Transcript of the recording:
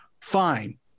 fine